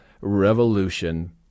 revolution